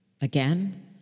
Again